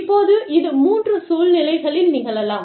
இப்போது இது மூன்று சூழ்நிலைகளில் நிகழலாம்